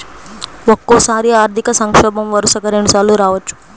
ఒక్కోసారి ఆర్థిక సంక్షోభం వరుసగా రెండుసార్లు రావచ్చు